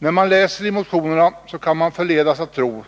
När man läser motionerna kan man förledas att tro